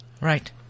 Right